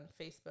Facebook